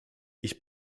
ich